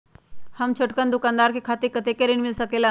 हम छोटकन दुकानदार के खातीर कतेक ऋण मिल सकेला?